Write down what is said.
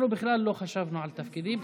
אנחנו בכלל לא חשבנו על תפקידים.